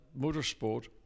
motorsport